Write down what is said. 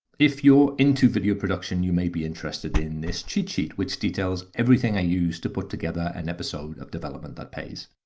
if you're into video production, you might be interested in this cheat sheet which details everything i use to put together an episode of development that pays.